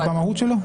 במהות שלו?